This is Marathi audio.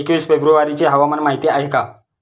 एकवीस फेब्रुवारीची हवामान माहिती आहे का?